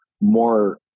more